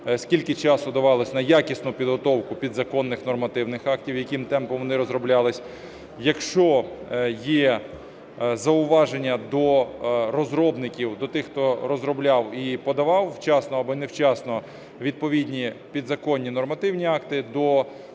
скільки часу давалося на якісну підготовку підзаконних нормативних актів і якими темпами вони розроблялись. Якщо є зауваження до розробників, до тих, хто розробляв і подавав вчасно або невчасно відповідні підзаконні нормативні акти, до таких